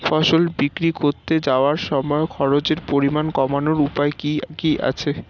ফসল বিক্রি করতে যাওয়ার সময় খরচের পরিমাণ কমানোর উপায় কি কি আছে?